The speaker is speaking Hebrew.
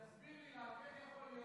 תסביר לי איך מנסור עבאס,